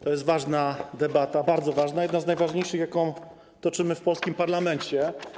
To jest ważna debata, bardzo ważna, jedna z najważniejszych jaką toczymy w polskim parlamencie.